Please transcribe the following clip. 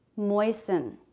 moisten.